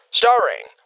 starring